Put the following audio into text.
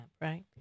right